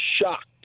shocked